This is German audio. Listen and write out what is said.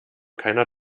keiner